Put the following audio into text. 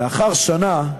לאחר שנה,